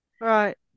Right